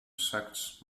sects